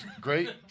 great